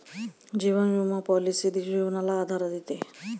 जीवन विमा पॉलिसी जीवनाला आधार देते